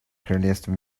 королевство